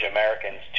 Americans